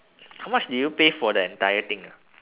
how much did you pay for the entire thing ah